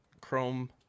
Chrome